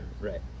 Right